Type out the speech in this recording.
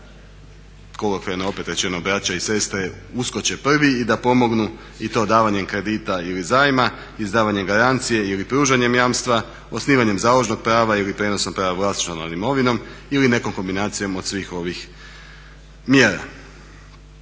da kolokvijalno opet rečeno braća i sestre uskoče prvi i da pomognu i to davanjem kredita ili zajma, izdavanjem garancije ili pružanjem jamstva, osnivanjem založnog prava ili prijenosom prava vlasništva nad imovinom ili nekom kombinacijom od svih ovih mjera.